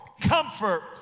comfort